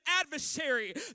adversary